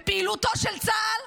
בסיכויי השבת החטופים.